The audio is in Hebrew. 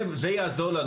זה יעזור לנו.